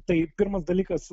tai pirmas dalykas